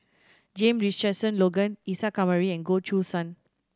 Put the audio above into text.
James Richardson Logan Isa Kamari and Goh Choo San